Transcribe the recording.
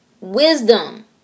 wisdom